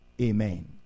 Amen